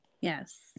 Yes